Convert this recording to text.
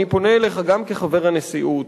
אני פונה אליך גם כחבר הנשיאות,